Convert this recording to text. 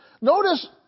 Notice